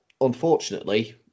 unfortunately